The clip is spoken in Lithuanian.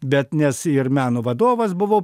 bet nes ir meno vadovas buvau